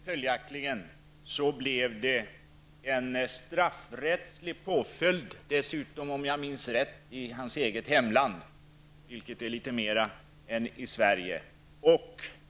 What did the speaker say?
Följaktligen blev det en straffrättslig påföljd -- dessutom, om jag minns rätt, i hans eget hemland, vilket är litet mera än i Sverige.